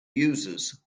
users